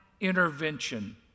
intervention